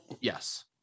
Yes